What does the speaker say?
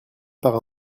par